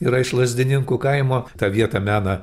yra iš lazdininkų kaimo tą vietą mena